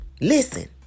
Listen